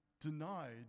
denied